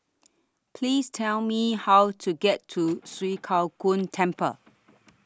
Please Tell Me How to get to Swee Kow Kuan Temple